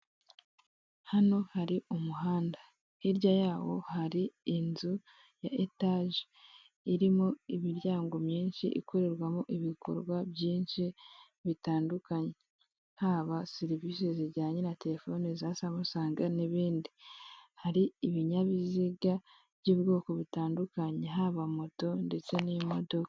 Hano hari umuhanda hirya yaho hari inzu ya etaje irimo imiryango myinshi ikorerwamo ibikorwa byinshi bitandukanye haba serivise zijyanye terefone za samusange n'ibindi, hari ibinyabiziga by'ubwoko butandukanye haba moto ndetse n'imodoka.